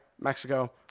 Mexico